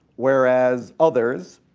whereas othersyou